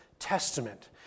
Testament